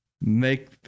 make